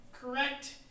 Correct